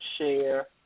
share